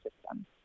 system